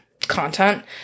content